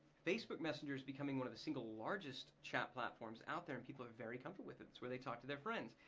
facebook messenger's becoming one of the single largest chat platforms out there and people are very comfortable with it. it's where they talk to their friends.